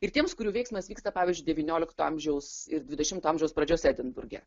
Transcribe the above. ir tiems kurių veiksmas vyksta pavyzdžiui devyniolikto amžiaus ir dvidešimto amžiaus pradžios edinburge